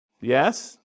Yes